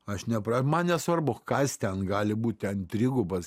aš nepra man nesvarbu kas ten gali būt ten trigubas